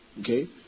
Okay